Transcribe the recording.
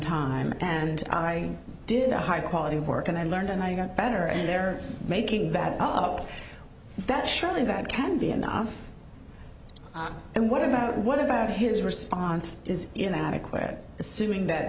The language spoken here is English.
time and i did a high quality work and i learned and i got better and they're making that up that surely that can be enough and what about what about his response is inadequate assuming that